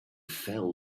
fell